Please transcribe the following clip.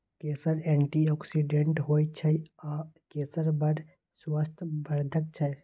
केसर एंटीआक्सिडेंट होइ छै आ केसर बड़ स्वास्थ्य बर्धक छै